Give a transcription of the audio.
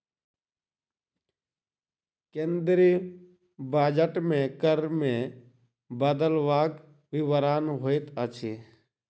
केंद्रीय बजट मे कर मे बदलवक विवरण होइत अछि